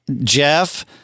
Jeff